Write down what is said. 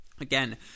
again